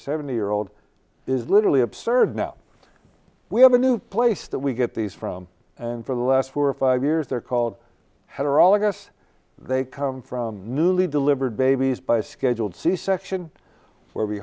seventy year old is literally absurd now we have a new place that we get these from and for the last four or five years they're called header all of us they come from newly delivered babies by scheduled c section where we